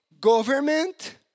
government